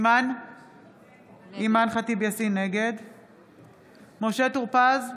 נגד משה טור פז,